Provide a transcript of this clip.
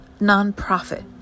nonprofit